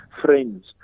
friends